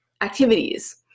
activities